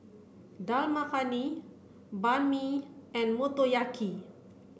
Dal Makhani Banh Mi and Motoyaki